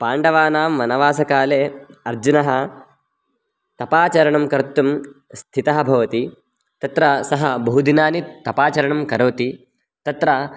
पाण्डवानां वनवासकाले अर्जुनः तपाचरणं कर्तुं स्थितः भवति तत्र सः बहुदिनानि तपाचरणं करोति तत्र